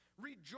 Rejoice